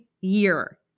year